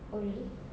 oh really